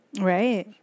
Right